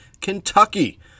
Kentucky